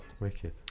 Wicked